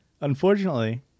Unfortunately